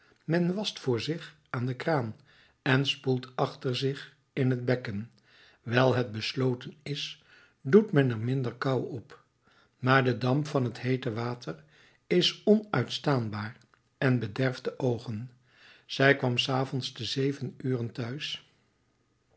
men wascht voor zich aan de kraan en spoelt achter zich in het bekken wijl het besloten is doet men er minder kou op maar de damp van het heete water is onuitstaanbaar en bederft de oogen zij kwam s avonds te zeven uren te huis